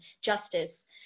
justice